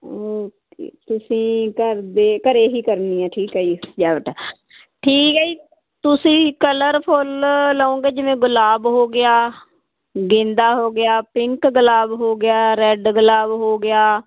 ਤੁਸੀਂ ਘਰ ਦੇ ਘਰੇ ਹੀ ਕਰਨੀ ਆ ਠੀਕ ਹ ਜੀ ਸਜਾਵਟ ਠੀਕ ਹ ਜੀ ਤੁਸੀਂ ਕਲਰ ਫੁੱਲ ਲਉਗੇ ਜਿਵੇਂ ਗੁਲਾਬ ਹੋ ਗਿਆ ਗੇਂਦਾ ਹੋ ਗਿਆ ਪਿੰਕ ਗੁਲਾਬ ਹੋ ਗਿਆ ਰੈਡ ਗੁਲਾਬ ਹੋ ਗਿਆ